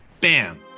bam